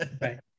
Right